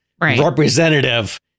representative